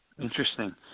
Interesting